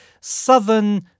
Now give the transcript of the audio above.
southern